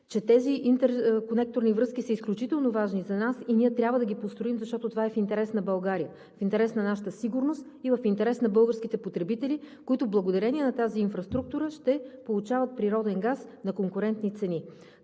че тези интерконекторни връзки са изключително важни за нас и ние трябва да ги построим, защото това е в интерес на България, в интерес на нашата сигурност и в интерес на българските потребители, които благодарение на тази инфраструктура ще получават природен газ на конкурентни цени.